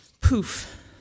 poof